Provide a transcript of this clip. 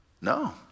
No